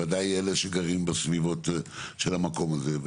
ודאי אלה שגרים בסביבות של המקום הזה.